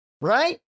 right